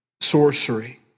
sorcery